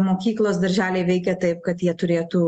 mokyklos darželiai veikia taip kad jie turėtų